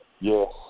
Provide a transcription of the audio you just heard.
Yes